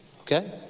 Okay